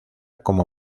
como